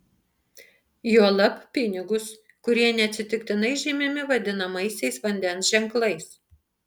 juolab pinigus kurie neatsitiktinai žymimi vadinamaisiais vandens ženklais